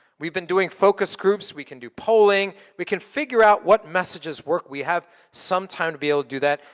we've been doing focus groups, we can do polling. we can figure out what messages work. we have some time to be able to do that.